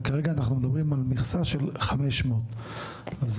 וכרגע אנחנו מדברים על מכסה של 500. אז